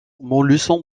montluçon